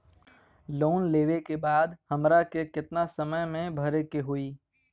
Loan लेवे के बाद हमरा के कितना समय मे भरे के होई?